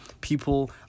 people